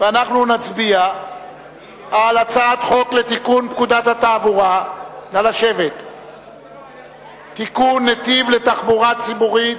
נצביע על הצעת חוק לתיקון פקודת התעבורה (נתיב לתחבורה ציבורית),